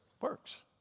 works